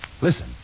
Listen